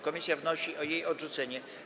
Komisja wnosi o jej odrzucenie.